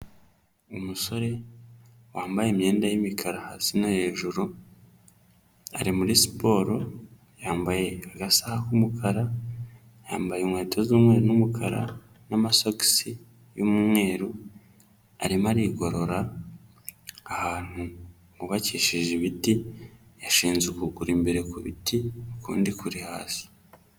Umusore wambaye imyenda y'imikara hasi no hejuru, ari muri siporo yambaye agasaha k'umukara, yambaye inkweto z'umweru n'umukara n'amasogisi y'umweru arimo arigorora ahantu hubakishije ibiti, yashinze ukuguru imbere ku biti ukundi kuri hasi.